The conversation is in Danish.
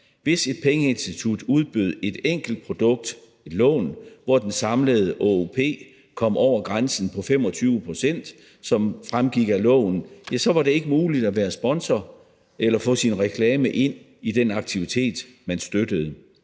Hvis et pengeinstitut udbød et enkelt produkt, et lån, hvor den samlede ÅOP kom over grænsen på 25 pct., som fremgik af loven, så var det ikke muligt at være sponsor eller få sin reklame ind i den aktivitet, man støttede.